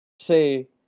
Say